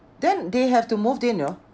then they have to move in you know